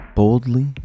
Boldly